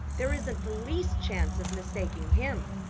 there isn't the least chance of mistaking him.